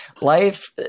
Life